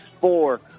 four